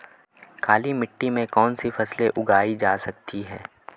काली मिट्टी में कौनसी फसलें उगाई जा सकती हैं?